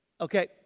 Okay